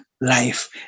life